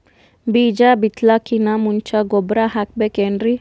ಬೀಜ ಬಿತಲಾಕಿನ್ ಮುಂಚ ಗೊಬ್ಬರ ಹಾಕಬೇಕ್ ಏನ್ರೀ?